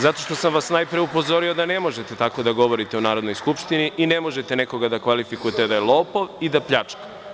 Zato što sam vas najpre upozorio da ne možete tako da govorite o Narodnoj skupštini i ne možete nekoga da kvalifikujete da je lopov i da pljačka.